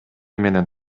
менен